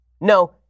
No